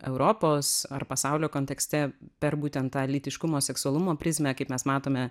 europos ar pasaulio kontekste per būtent tą lytiškumo seksualumo prizmę kaip mes matome